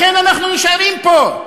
לכן אנחנו נשארים פה.